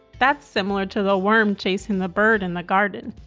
that's similar to the worm chasing the bird in the garden.